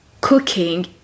cooking